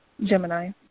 Gemini